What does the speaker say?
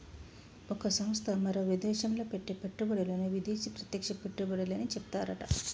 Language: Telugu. ఒక సంస్థ మరో విదేశంలో పెట్టే పెట్టుబడులను విదేశీ ప్రత్యక్ష పెట్టుబడులని చెప్తారట